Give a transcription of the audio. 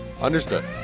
Understood